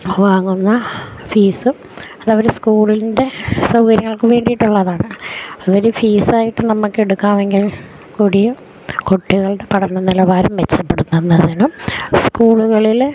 വാങ്ങുന്ന ഫീസും അതവര് സ്കൂളിൻ്റെ സൗകര്യങ്ങൾക്കു വേണ്ടിയിട്ടുള്ളതാണ് അതൊരു ഫീസായിട്ട് നമ്മക്കെടുക്കാമെങ്കിൽ കൂടിയും കുട്ടികളുടെ പഠന നിലവാരം മെച്ചപ്പെടത്തുന്നതിനും സ്കൂളുകളില്